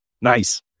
Nice